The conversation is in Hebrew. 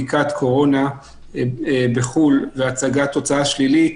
בדיקת קורונה בחו"ל והצגת תוצאה שלילית